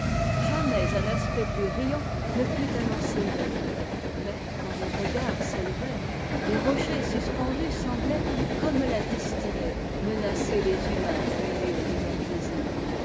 jamais un aspect plus riant ne put annoncer une fête mais quand les regards s'élevaient des rochers suspendus semblaient comme la destinée menacer les humains au milieu de leurs plaisirs